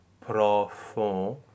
profond